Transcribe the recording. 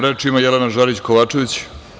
Reč ima Jelena Žarić Kovačević.